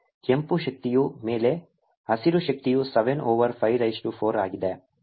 ಆದ್ದರಿಂದ ಕೆಂಪು ಶಕ್ತಿಯ ಮೇಲೆ ಹಸಿರು ಶಕ್ತಿಯು 7 ಓವರ್ 5 ರೈಸ್ ಟು 4 ಆಗಿದೆ ಇದು 1